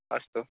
अस्तु